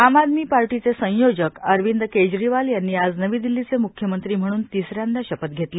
आम आदमी पार्टीचे संयोजक अरविंद केजरीवाल यांनी आज नवी दिल्लीचे म्ख्यमंत्री म्हणून तिसऱ्यांदा शपथ घेतली